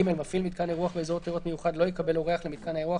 (ג)מפעיל מיתקן אירוח באזור תיירות מיוחד לא יקבל אורח למיתקן האירוח,